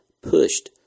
pushed